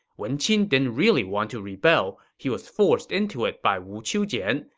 wen qin didn't really want to rebel he was forced into it by wu qiujian.